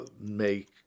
make